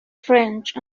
french